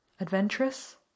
adventurous